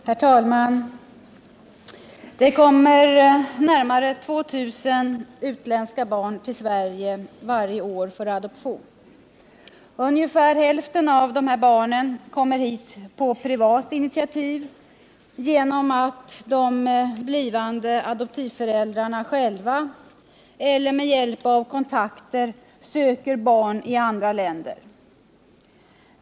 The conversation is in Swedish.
Herr talman! Närmare 2 000 utländska barn kommer till Sverige varje år för adoption. Ungefär hälften av dessa kommer hit på privat initiativ genom att de blivande adoptivföräldrarna själva eller med hjälp av kontakter söker barn i andra länder.